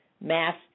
master